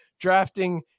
drafting